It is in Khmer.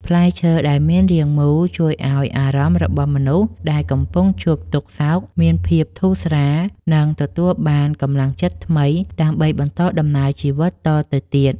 ផ្លែឈើដែលមានរាងមូលជួយឱ្យអារម្មណ៍របស់មនុស្សដែលកំពុងជួបទុក្ខសោកមានភាពធូរស្រាល និង ទទួលបានកម្លាំងចិត្តថ្មីដើម្បីបន្តដំណើរជីវិតតទៅទៀត។